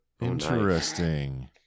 Interesting